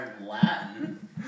Latin